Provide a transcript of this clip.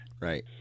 right